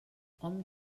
hom